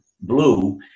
blue